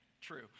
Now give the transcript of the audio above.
true